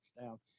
down